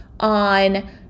on